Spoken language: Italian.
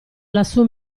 lassù